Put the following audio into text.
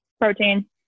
protein